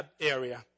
area